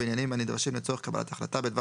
בעניינים הנדרשים לצורך קבלת החלטה בדבר